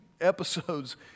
episodes